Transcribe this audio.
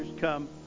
come